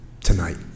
tonight